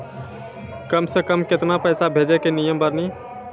कम से कम केतना पैसा भेजै के नियम बानी?